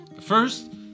first